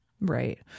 Right